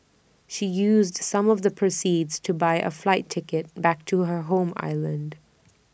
she used some of the proceeds to buy A flight ticket back to her home island